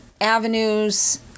avenues